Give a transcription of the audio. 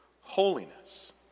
holiness